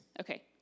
Okay